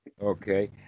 Okay